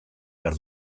behar